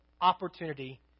opportunity